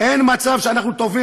אין מצב שאנחנו,